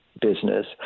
business